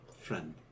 friend